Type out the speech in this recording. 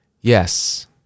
Yes